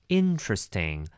interesting